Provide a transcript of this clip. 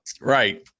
Right